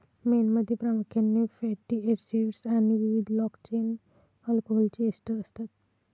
मेणमध्ये प्रामुख्याने fatty acids आणि विविध लाँग चेन अल्कोहोलचे एस्टर असतात